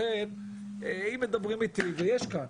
לכן אם מדברים איתי ויש כאן